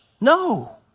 No